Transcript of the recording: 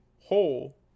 hole